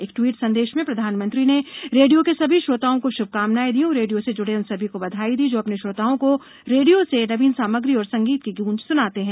एक ट्वीट संदेश में प्रधानमंत्री ने रेपियो के सभी श्रोताओं को श्भकामनायें दीं और रेपियो से ज्ये उन सभी को बधाई दी है जो अपने श्रोताओं को रेपियो से नवीन सामग्री और संगीत की ग्रंज स्नाते हैं